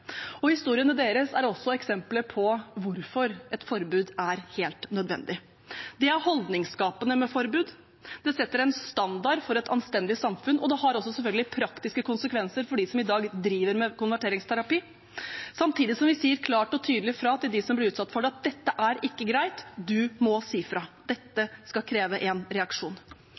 dette. Historiene deres er også eksempelet på hvorfor et forbud er helt nødvendig. Det er holdningsskapende med forbud, det setter en standard for et anstendig samfunn, og det har selvfølgelig også praktiske konsekvenser for dem som i dag driver med konverteringsterapi. Samtidig sier vi klart og tydelig fra til dem som blir utsatt for det, at dette er ikke greit, man må si fra, dette skal kreve en reaksjon.